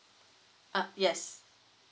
uh yes